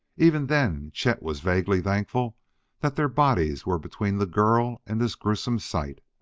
even then chet was vaguely thankful that their bodies were between the girl and this gruesome sight.